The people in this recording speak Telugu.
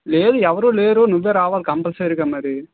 లేరు ఎవరూ లేరు నువ్వే రావాలి కంపల్సరీగా మరి